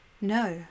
No